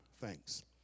thanks